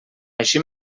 així